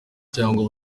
cyangwa